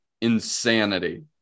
insanity